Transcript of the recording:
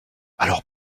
alors